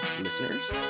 listeners